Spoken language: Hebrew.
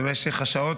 במשך השעות